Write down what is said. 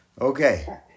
Okay